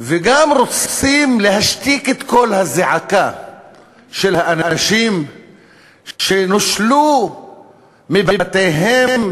וגם רוצים להשתיק את קול הזעקה של האנשים שנושלו מבתיהם,